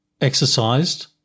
exercised